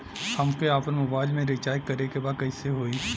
हमके आपन मोबाइल मे रिचार्ज करे के बा कैसे होई?